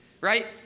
Right